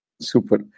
Super